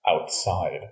outside